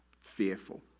fearful